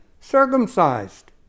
circumcised